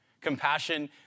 Compassion